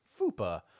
Fupa